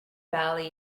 bali